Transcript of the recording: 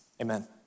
amen